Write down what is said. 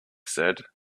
said